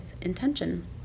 intention